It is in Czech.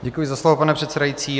Děkuji za slovo, pane předsedající.